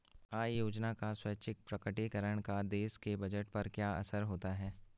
आय योजना का स्वैच्छिक प्रकटीकरण का देश के बजट पर क्या असर होता है?